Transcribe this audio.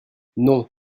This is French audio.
non